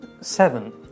seven